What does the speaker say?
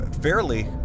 fairly